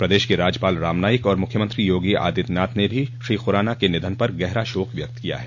प्रदेश के राज्यपाल रामनाईक और मुख्यमंत्री योगी आदित्यनाथ ने भी श्री खुराना के निधन पर गहरा शोक व्यक्त किया है